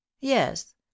yes